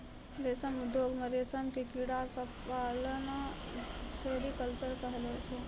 रेशम उद्योग मॅ रेशम के कीड़ा क पालना सेरीकल्चर कहलाबै छै